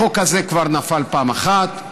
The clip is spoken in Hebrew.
החוק הזה כבר נפל פעם אחת,